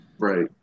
Right